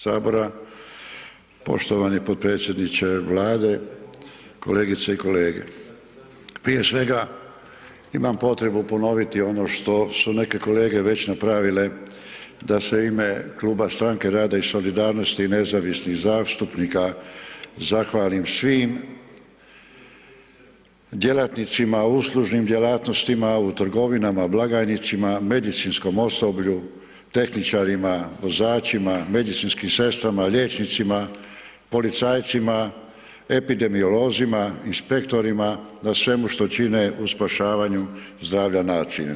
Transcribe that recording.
sabora, poštovani potpredsjedniče Vlade, kolegice i kolege, prije svega imam potrebu ponoviti ono što su neke kolege već napravile da se u ime Kluba Stranke rada i solidarnosti i nezavisnih zastupnika zahvalim svim djelatnicima u uslužnim djelatnosti, u trgovinama blagajnicima, medicinskom osoblju, tehničarima, vozačima, medicinskim sestrama, liječnicima, policajcima, epidemiolozima, inspektorima na svemu što čine u spašavanju zdravlja nacije.